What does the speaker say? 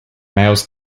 males